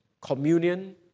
communion